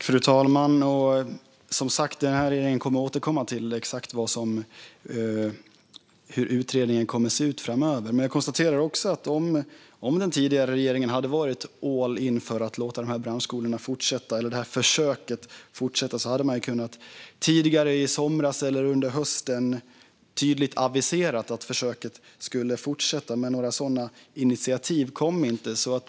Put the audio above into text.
Fru talman! Den här regeringen kommer som sagt att återkomma till exakt hur utredningen kommer att se ut framöver. Men jag konstaterar också att om den tidigare regeringen hade varit all in för att låta dessa branschskolor fortsätta, eller att låta detta försök fortsätta, hade man tidigare i somras eller under hösten tydligt kunnat avisera att försöket skulle fortsätta. Men några sådana initiativ kom inte.